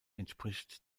entspricht